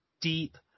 deep